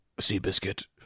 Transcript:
Seabiscuit